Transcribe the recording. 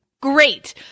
great